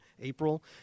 April